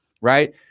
right